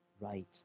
right